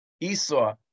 Esau